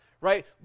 right